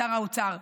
שר האוצר,